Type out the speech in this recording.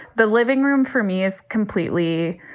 the living room for me is completely.